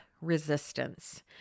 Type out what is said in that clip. resistance